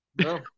No